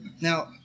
Now